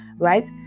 right